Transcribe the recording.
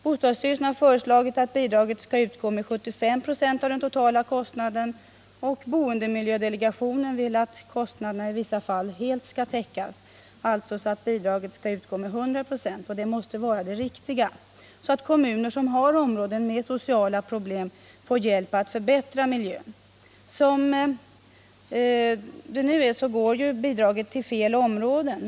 Bostadsstyrelsen har föreslagit att bidraget skall utgå med 75 96 av den totala kostnaden, och boendemiljödelegationen vill att kostnaderna i vissa fall skall täckas helt, dvs. att bidraget skall utgå med 100 96. Det måste också vara det riktiga, ty då får kommuner som har områden med sociala problem hjälp att förbättra miljön. Nu går bidraget till ”fel” områden.